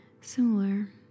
similar